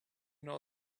know